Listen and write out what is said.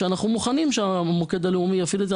שאנחנו מוכנים שהמוקד הלאומי יפעיל את זה.